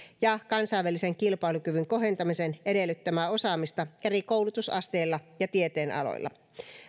ja kansainvälisen kilpailukyvyn kohentamisen edellyttämää osaamista eri koulutusasteilla ja tieteenaloilla